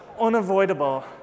unavoidable